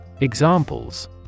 Examples